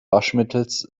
waschmittels